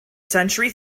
century